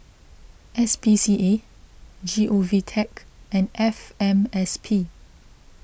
S P C A G O V Tech and F M S P